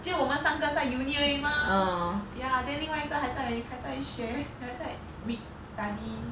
只有我们三个在 uni 而已 mah ya then 另外一个还在还在学还在 week study